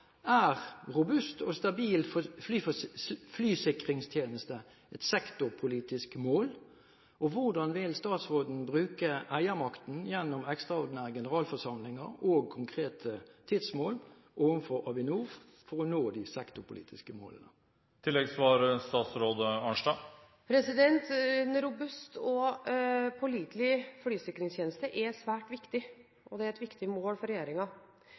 er da: Er en robust og stabil flysikringstjeneste et sektorpolitisk mål, og hvordan vil statsråden bruke eiermakten gjennom ekstraordinære generalforsamlinger og konkrete tidsmål overfor Avinor for å nå de sektorpolitiske målene? En robust og pålitelig flysikringstjeneste er svært viktig, og det er et viktig mål for